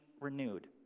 renewed